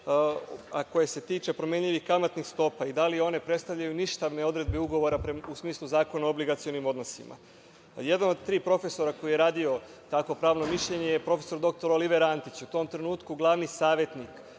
a koje se tiče promenljivih kamatnih stopa i da li one predstavljaju ništavne odredbe ugovora, u smislu Zakona o obligacionim odnosima. Jedan od tri profesora koji je radio takvo pravno mišljenje je prof. dr Oliver Antić, a u tom trenutku glavni savetnik